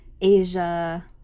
Asia